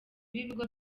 b’ibigo